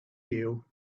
you